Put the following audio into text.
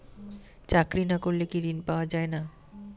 চাকরি না করলে কি ঋণ পাওয়া যায় না?